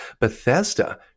bethesda